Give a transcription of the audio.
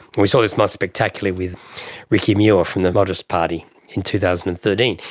we saw this most spectacularly with ricky muir from the motorist party in two thousand and thirteen.